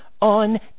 on